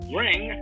ring